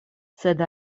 sed